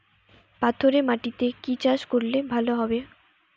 পাথরে মাটিতে কি চাষ করলে ভালো হবে?